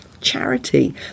charity